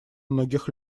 многих